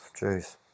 Jeez